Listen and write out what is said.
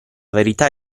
verità